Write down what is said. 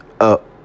up